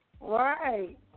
Right